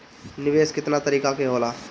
निवेस केतना तरीका के होला?